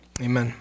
Amen